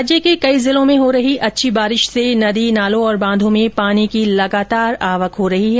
राज्य के कई जिलों में हो रही अच्छी बारिश से नदी नालों और बांधों में पानी की लगातार आवक हो रही है